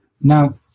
Now